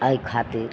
एहि खातिर